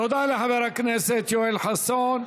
תודה לחבר הכנסת יואל חסון.